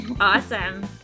awesome